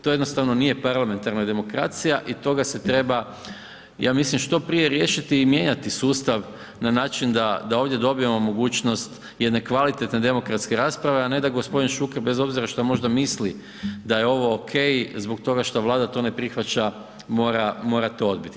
To jednostavno nije parlamentarna demokracija i toga se treba ja mislim što prije riješiti i mijenjati sustav na način da ovdje dobivamo mogućnost jedne kvalitetne demokratske rasprave, a ne da gospodin Šuker bez obzira šta možda misli da je ovo ok, zbog toga što Vlada to ne prihvaća mora to odbiti.